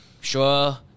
Sure